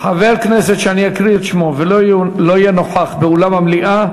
חבר כנסת שאני אקריא את שמו ולא יהיה נוכח באולם המליאה,